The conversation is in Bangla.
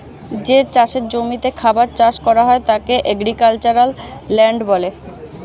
যে চাষের জমিতে খাবার চাষ করা হয় তাকে এগ্রিক্যালচারাল ল্যান্ড বলে